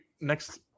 next